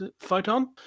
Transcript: Photon